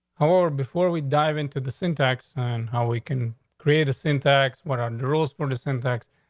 however, before we dive into the syntax on how we can create a syntax, what are the rules for the syntax?